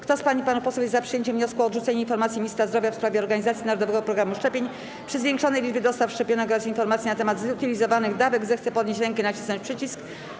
Kto z pań i panów posłów jest przyjęciem wniosku o odrzucenie informacji Ministra Zdrowia w sprawie organizacji Narodowego Programu Szczepień przy zwiększonej liczbie dostaw szczepionek oraz informacji na temat zutylizowanych dawek, zechce podnieść rękę i nacisnąć przycisk.